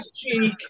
cheek